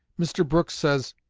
mr. brooks says,